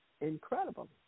incredible